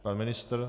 Pan ministr?